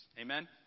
Amen